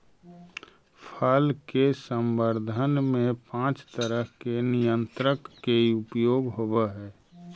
फल के संवर्धन में पाँच तरह के नियंत्रक के उपयोग होवऽ हई